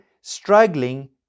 struggling